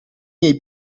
miei